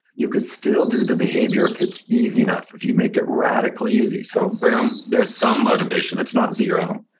you could still do the behavior if it's easy enough, if you make it radically easy. so boom, there's some motivation. it's not zero.